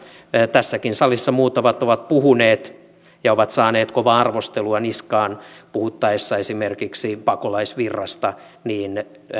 tässäkin salissa muutamat ovat puhuneet ja ovat saaneet kovaa arvostelua niskaan puhuttaessa esimerkiksi pakolaisvirrasta